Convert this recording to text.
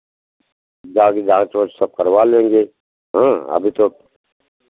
बांकी जाँच वाँच सब करवा लेंगे हाँ अभी तो